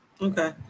okay